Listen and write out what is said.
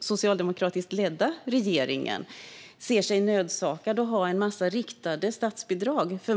socialdemokratiskt ledda regeringen ser sig nödsakad att ha en massa riktade statsbidrag.